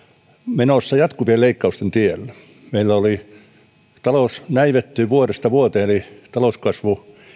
menossa jatkuvien leikkausten tielle talous näivettyi vuodesta vuoteen eli talouskasvu